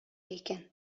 икән